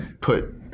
put